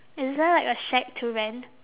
is there like a shack to rent